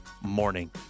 morning